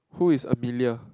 who is Amelia